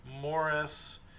Morris